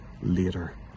later